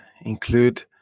include